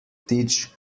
ptič